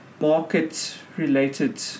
market-related